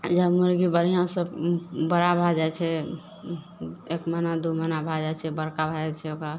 जब मुर्गी बढ़िआँसँ बड़ा भऽ जाइ छै एक महीना दू महीना भए जाइ छै बड़का भए जाइ छै ओकरा